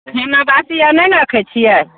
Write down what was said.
खाना बासी खाना आर नहि ने रक्खै छियै